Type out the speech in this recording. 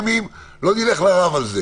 לא נלך על זה לרב.